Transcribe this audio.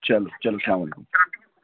چلو چلو السلام علیکُم